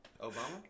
Obama